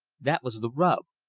that was the rub.